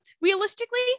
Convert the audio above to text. realistically